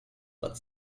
but